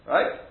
Right